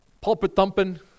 pulpit-thumping